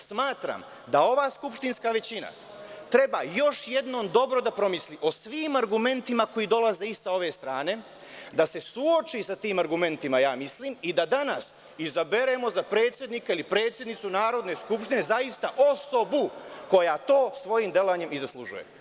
Smatram da ova skupštinska većina treba još jednom dobro da promisli o svim argumentima koji dolaze i sa ove strane, da se suoči sa tim argumentima i da danas izaberemo za predsednika, ili predsednicu Narodne skupštine zaista osobu koja to svojim delovanjem i zaslužuje.